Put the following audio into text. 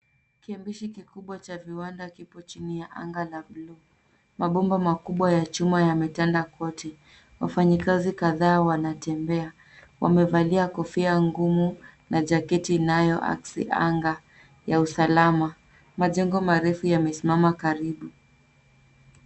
Kiambishi kikubwa cha viwanda kipo chini ya anga la buluu. Mabomba makubwa ya chuma yametanda kwote. Wafanyikazi kadhaa wanatembea. Wamevalia kofia ngumu na jaketi inayoakisi anga ya usalama. Majengo marefu yamesimama karibu.